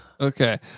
Okay